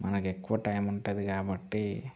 మనకెక్కువ time ఉంటుంది కాబట్టీ